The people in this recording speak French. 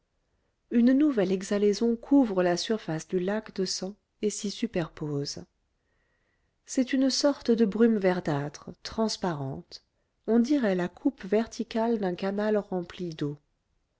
une nouvelle exhalaison couvre la surface du lac de sang et s'y superpose c'est une sorte de brume verdâtre transparente on dirait la coupe verticale d'un canal rempli d'eau